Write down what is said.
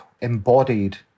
embodied